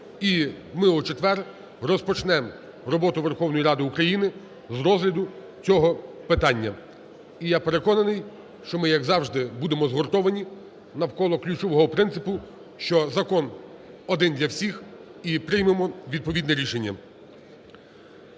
І ми у четвер розпочнемо роботу Верховної Ради України з розгляду цього питання. І я переконаний, що ми, як завжди, будемо згуртовані навколо ключового принципу, що закон один для всіх і приймемо відповідне рішення.